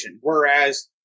Whereas